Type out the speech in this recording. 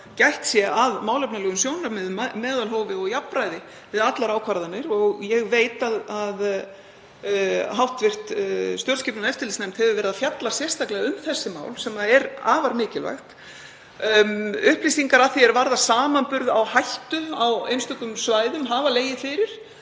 gætt sé að málefnalegum sjónarmiðum, meðalhófi og jafnræði við allar ákvarðanir. Ég veit að hv. stjórnskipunar- og eftirlitsnefnd hefur verið að fjalla sérstaklega um þessi mál, sem er afar mikilvægt. Upplýsingar um samanburð á hættu á einstökum svæðum hafa legið fyrir